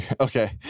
okay